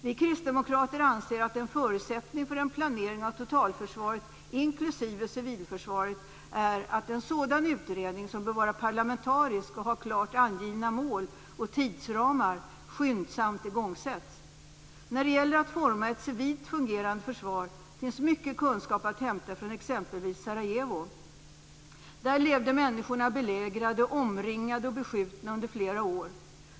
Vi kristdemokrater anser att en förutsättning för en planering av totalförsvaret, inklusive civilförsvaret, är att en sådan utredning, som bör vara parlamentarisk och ha klart angivna mål och tidsramar, skyndsamt igångsätts. När det gäller att forma ett civilt fungerande försvar finns mycket kunskap att hämta från exempelvis Sarajevo. Där levde människor belägrade, omringade och beskjutna under flera år.